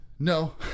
No